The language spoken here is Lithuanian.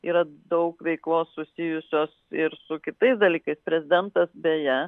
yra daug veiklos susijusios ir su kitais dalykais prezidentas beje